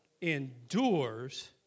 endures